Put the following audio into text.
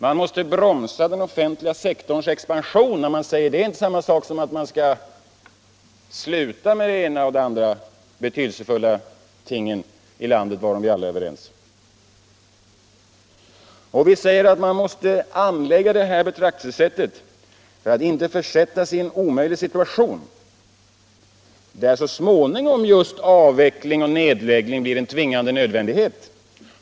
Man måste bromsa den offentliga sektorns expansion, men det är inte samma sak som att sluta med de ena eller andra betydelsefulla tingen, varom vi alla är överens. Vi säger att man måste anlägga det här betraktelsesättet för att inte försättas i en omöjlig situation, där så småningom just avveckling och nedläggning blir en tvingande nödvändighet.